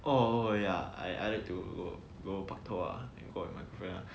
oh ya I I like to go pak tor and go out with my friend lah